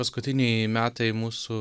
paskutiniai metai mūsų